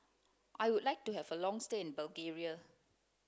I would like to have a long stay in Bulgaria